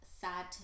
sad